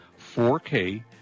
4K